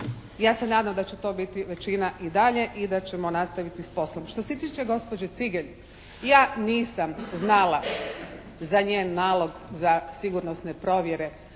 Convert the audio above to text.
Ja se nadam da će to biti većina i dalje i da ćemo nastaviti s poslom. Što se tiče gospođe Cigelj ja nisam znala za njen nalog za sigurnosne provjere